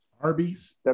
Arby's